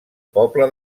poble